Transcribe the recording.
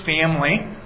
family